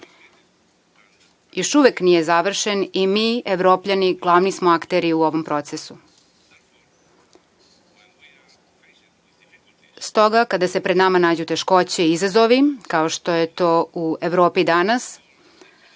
Još uvek nije završen i mi Evropljani glavni smo akteri u ovom procesu. Stoga, kada se pred nama nađu teškoće i izazovi, kao što je to u Evropi danas,